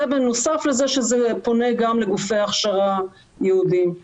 זה בנוסף לזה שזה פונה גם לגופי הכשרה ייעודיים.